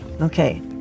Okay